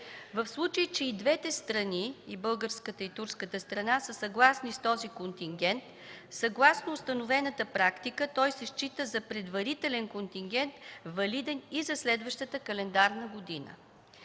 В случай че и двете страни – и българската, и турската, са съгласни с този контингент, съгласно установената практика той се счита за предварителен контингент, валиден и за следващата календарна година.